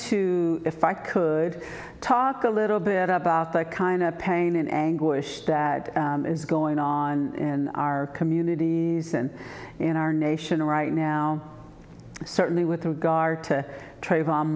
to if i could talk a little bit about the kind of pain and anguish that is going on in our communities and in our nation right now certainly with regard to tra